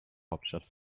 hauptstadt